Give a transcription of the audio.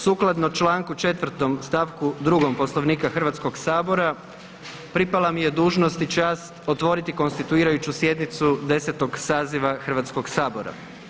Sukladno članku 4. stavak 2. Poslovnika Hrvatskog sabora pripala mi je dužnost i čast otvoriti konstituirajuću sjednicu 10. saziva Hrvatskog sabora.